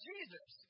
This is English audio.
Jesus